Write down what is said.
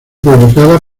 publicada